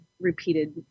repeated